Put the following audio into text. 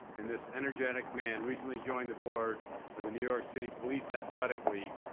and this energetic man recently joined the board of the new york city police athletic league,